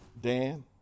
Dan